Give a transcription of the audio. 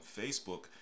Facebook